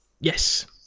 yes